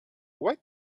why